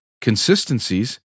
consistencies